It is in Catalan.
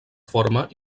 forma